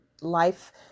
life